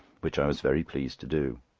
which i was very pleased to do.